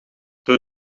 door